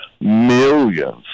millions